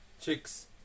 Chicks